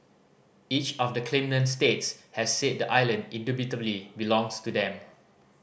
each of the claimant states has said the island indubitably belongs to them